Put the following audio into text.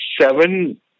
seven